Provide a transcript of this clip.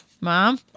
Mom